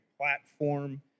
platform